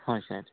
ହଁ ସାର୍